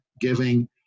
giving